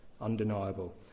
undeniable